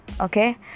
Okay